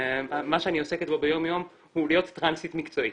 מה שאני עוסקת בו ביום-יום הוא להיות טרנסית מקצועית.